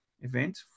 event